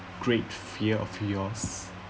great fear of yours